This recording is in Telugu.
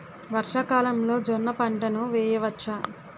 వర్షాకాలంలో జోన్న పంటను వేయవచ్చా?